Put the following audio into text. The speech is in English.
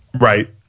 Right